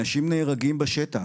אנשים נהרגים בשטח,